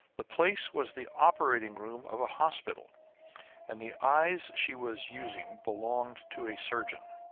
the place was the operating-room of a hospital and the eyes she was using belonged to a surgeon.